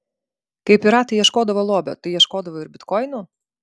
kai piratai ieškodavo lobio tai ieškodavo ir bitkoinų